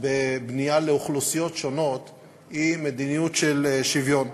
בבנייה לאוכלוסיות שונות היא מדיניות של שוויון.